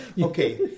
Okay